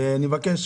ואני מבקש,